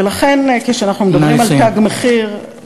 ולכן כשאנחנו מדברים על "תג מחיר",